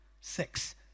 Six